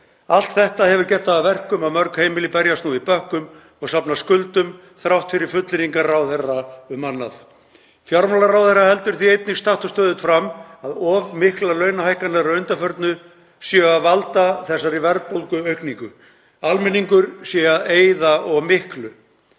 Allt þetta hefur gert það að verkum að mörg heimili berjast nú í bökkum og safna skuldum þrátt fyrir fullyrðingar ráðherra um annað. Fjármálaráðherra heldur því einnig statt og stöðugt fram að of miklar launahækkanir að undanförnu séu að valda þessari verðbólguaukningu, almenningur sé að eyða of miklu.